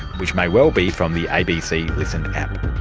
which may well be from the abc listen app.